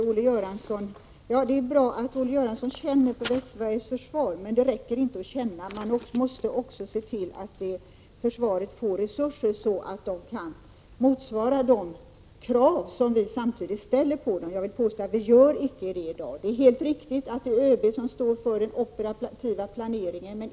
Herr talman! Det är bra att Olle Göransson känner för Västsveriges försvar, men det räcker inte med att känna, utan man måste också se till att försvaret får resurser så att det kan motsvara det krav som samtidigt ställs. Så sker inte i dag. Det är helt riktigt att det är ÖB som står för den operativa planeringen, — Prot.